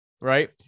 right